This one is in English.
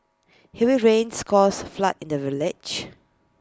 heavy rains caused A flood in the village